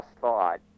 thought